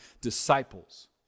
disciples